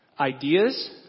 ideas